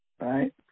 right